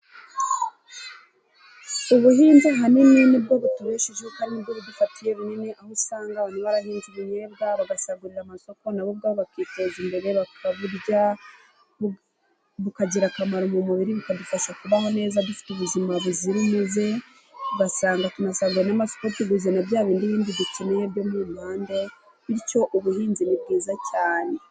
Ubuhinzi ahanini nibwo butubeshejeho, kandi nibwo budufatiye runini, aho usanga abantu barahinze ibiribwa, bagasagurira amasoko, nabo ubwabo bakiteza imbere, bakabirya, bikagira akamaro mu mubiri, bikadufasha kubaho neza dufite ubuzima buzira umuze, ugasanga tunasaguriye n'amasoko tuguze na bya bindi bindi dukeneye byo mu mpande, bityo ubuhinzi ni bwiza cyane.